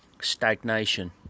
stagnation